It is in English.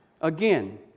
Again